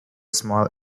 small